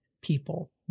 people